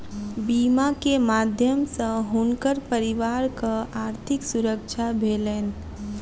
बीमा के माध्यम सॅ हुनकर परिवारक आर्थिक सुरक्षा भेलैन